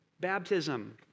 Baptism